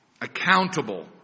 accountable